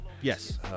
yes